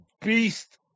beast